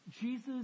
Jesus